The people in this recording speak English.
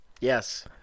Yes